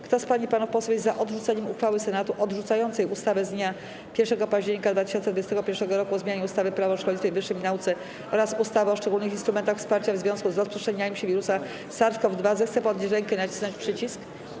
Kto z pań i panów posłów jest za odrzuceniem uchwały Senatu odrzucającej ustawę z dnia 1 października 2021 r. o zmianie ustawy - Prawo o szkolnictwie wyższym i nauce oraz ustawy o szczególnych instrumentach wsparcia w związku z rozprzestrzenianiem się wirusa SARS-CoV-2, zechce podnieść rękę i nacisnąć przycisk.